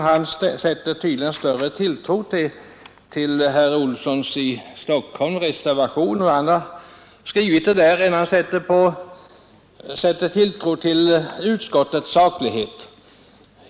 Han sätter tydligen större tilltro till herr Olssons i Stockholm reservation än till utskottets saklighet.